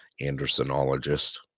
Andersonologist